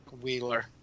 Wheeler